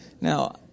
Now